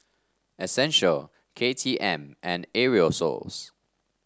Essential K T M and Aerosoles